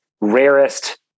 rarest